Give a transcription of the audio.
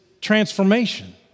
transformation